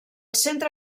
centre